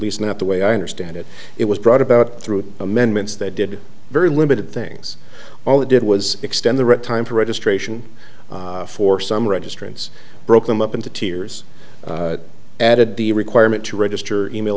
least not the way i understand it it was brought about through amendments that did very limited things all it did was extend the right time for registration for some registrants broke them up into tears added the requirement to register email